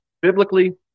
biblically